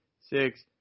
six